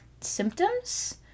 symptoms